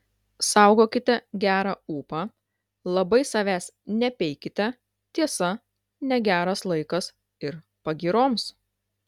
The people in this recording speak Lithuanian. saugokite gerą ūpą labai savęs nepeikite tiesa negeras laikas ir pagyroms